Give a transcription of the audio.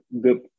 good